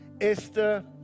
Esther